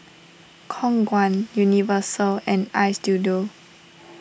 Khong Guan Universal and Istudio